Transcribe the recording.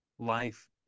life